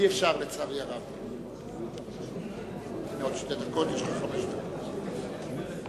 לנצל את שתי הדקות, לצערי, אי-אפשר.